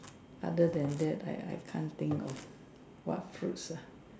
other than that I I can't think of what fruits lah